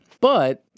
But-